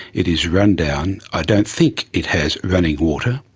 it is run down. i don't think it has running water.